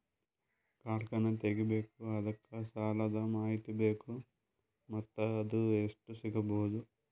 ಕಾರ್ಖಾನೆ ತಗಿಬೇಕು ಅದಕ್ಕ ಸಾಲಾದ ಮಾಹಿತಿ ಬೇಕು ಮತ್ತ ಅದು ಎಷ್ಟು ಸಿಗಬಹುದು?